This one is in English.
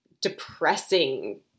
depressing